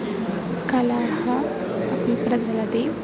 कलाः अपि प्रचलति